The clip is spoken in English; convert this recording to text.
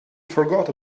forgot